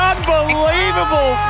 Unbelievable